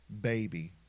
baby